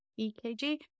EKG